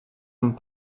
amb